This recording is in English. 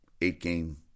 eight-game